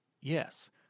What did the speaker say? yes